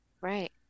Right